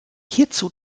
hierzu